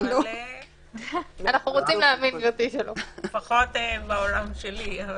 לפחות בעולם שלי.